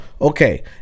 Okay